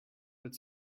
but